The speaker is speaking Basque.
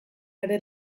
ere